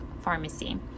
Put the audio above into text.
pharmacy